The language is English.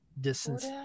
distance